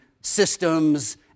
systems